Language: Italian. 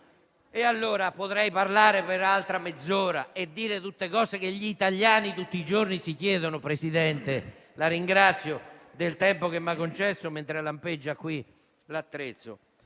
Potrei parlare per un'altra mezz'ora e dire le cose che gli italiani tutti i giorni si chiedono. Presidente, la ringrazio del tempo che mi ha concesso, mentre qui lampeggia il microfono.